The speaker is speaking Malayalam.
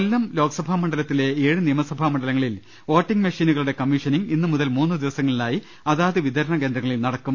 കൊല്ലം ലോക്സഭാ മണ്ഡലത്തിലെ ഏഴ് നിയമസഭാ മണ്ഡലങ്ങളിൽ വോട്ടിംഗ് മെഷീനുകളുടെ കമ്മീഷനിംഗ് ഇന്ന് മുതൽ മൂന്ന് ദിവസങ്ങളിലായി അതാത് വിതരണ കേന്ദ്രങ്ങളിൽ നടക്കും